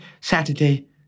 Saturday